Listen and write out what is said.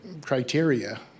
criteria